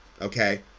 okay